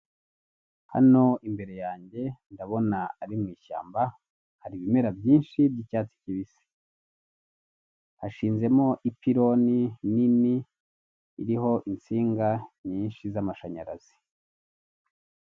Hano imbere yanjye ndabona ari mu ishyamba hari ibimera by'icyatsi kibisi hashizemo ipironi nini iriho insinga nyinshi z'amashanyarazi.